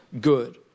good